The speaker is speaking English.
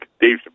Dave